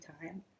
time